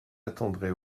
attendrai